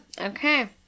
okay